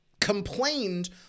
Complained